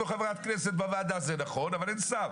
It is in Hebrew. יש לו חברת כנסת בוועדה, זה נכון, אבל אין שר.